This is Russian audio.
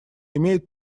имеет